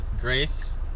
grace